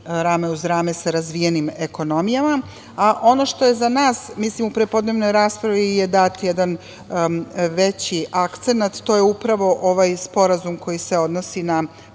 rame uz rame sa razvijenim ekonomijama. Ono što je za nas, mi smo u prepodnevnoj raspravi je dat jedan veći akcenat, to je upravo ovaj sporazum koji se odnosi na